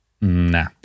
nah